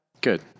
Good